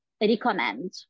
recommend